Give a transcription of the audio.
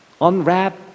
unwrap